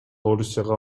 орусияга